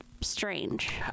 strange